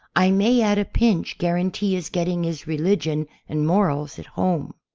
i may at a pinch guarantee his getting his religion and morals at home.